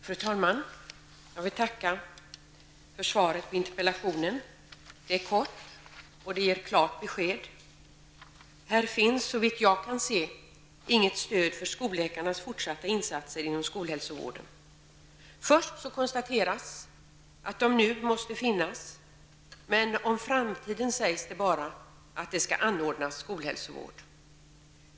Fru talman! Jag vill tacka för svaret på interpellationen. Det är kort och det ger klart besked. Här finns, såvitt jag kan se, inget stöd för skolläkarnas fortsatta insatser inom skolhälsovården. Först konstateras att de nu måste finnas, men om framtiden sägs det bara att det skall anordnas skolhälsovård.